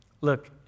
Look